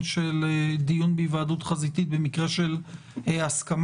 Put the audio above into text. של דיון בהיוועדות חזותית במקרה של הסכמה,